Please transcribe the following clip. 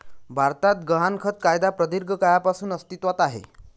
भारतात गहाणखत कायदा प्रदीर्घ काळापासून अस्तित्वात आहे